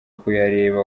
kuyareba